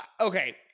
Okay